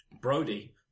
Brody